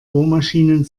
bohrmaschinen